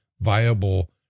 viable